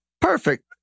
Perfect